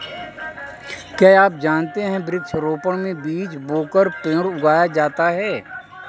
क्या आप जानते है वृक्ष रोपड़ में बीज बोकर पेड़ उगाया जाता है